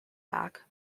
back